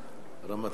הרמטכ"ל.